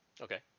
Okay